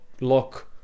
lock